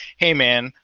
hey, man,